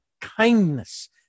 kindness